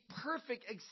perfect